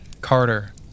Carter